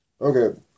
Okay